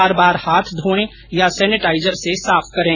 बार बार हाथ धोएं या सेनेटाइजर से साफ करें